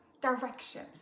directions